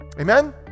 Amen